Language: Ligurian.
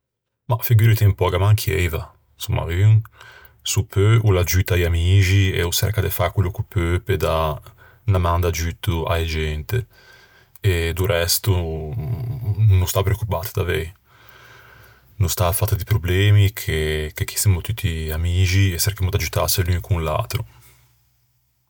Ma figurite un pö, gh'ammanchieiva! 'Somma, un s'o peu o l'aggiutta i amixi e o çerca de fâ quello ch'o peu pe dâ unna man d'aggiutto a-e gente. E do resto no stâ à preoccupâte, davei. No stâte à fâ di problemi, che chì semmo tutti amixi e çerchemmo d'aggiuttâse l'un con l'atro.